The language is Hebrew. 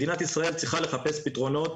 מדינת ישראל צריכה לחפש פתרונות